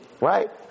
right